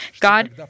God